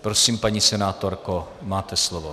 Prosím, paní senátorko, máte slovo.